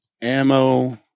Ammo